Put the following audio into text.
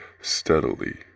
steadily